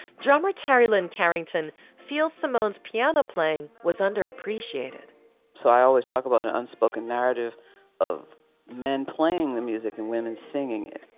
drummer terry lynn carrington feels simone's piano playing was underappreciated so i always talk about an unspoken narrative of men playing the music and women singing it.